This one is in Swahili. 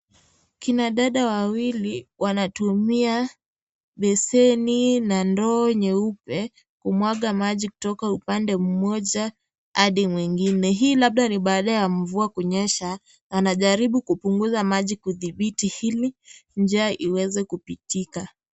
Kina dada wawili wanatumia beseni na ndoo nyeupe kumwaga maji kutoka upande mmoja hadi mwingine. Hii labda ni baada ya mvua kunyesha na wanajaribu kupunguza maji kudhibiti hili, njia iweze kupitika.